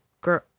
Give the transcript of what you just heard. girl